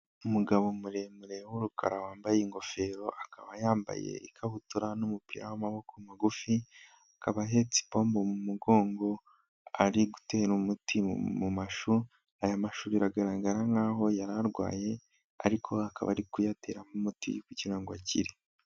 Umugabo muremure w'umukara wambaye ingofero akaba yambaye ikabutura n'umupira w'amaboko magufi, akaba ahetse ipombo mu mugongo ari gutera umuti mu mashu, aya mashu biragaragara nkaho yari arwaye ariko akaba ari kuyateramo umuti kugira ngo akire.